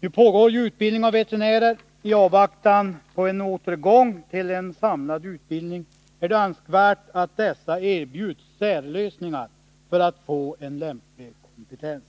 Nu pågår ju utbildning av veterinärer. I avvaktan på en återgång till en samlad utbildning är det önskvärt att dessa erbjuds särlösningar för att få en lämplig kompetens.